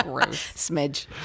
Smidge